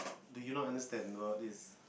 do you not understand no this is